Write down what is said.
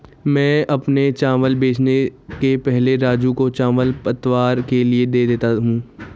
मैं अपने चावल बेचने के पहले राजू को चावल पतवार के लिए दे देता हूं